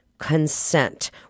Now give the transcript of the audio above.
Consent